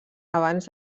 abans